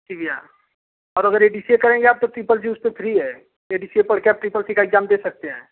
जी भैया अब अगर डी सी ए करेंगे आप तो त्रिपल सी उसपे फ्री है ये डी सी ए पढ़ के आप ट्रिपल सी का एक्जाम दे सकते हैं